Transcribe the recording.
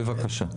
בבקשה.